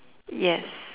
yes